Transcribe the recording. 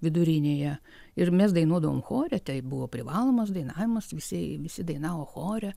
vidurinėje ir mes dainuodavom chore tai buvo privalomas dainavimas visi visi dainavo chore